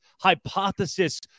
Hypothesis